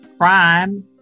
crime